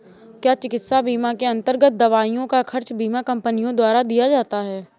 क्या चिकित्सा बीमा के अन्तर्गत दवाइयों का खर्च बीमा कंपनियों द्वारा दिया जाता है?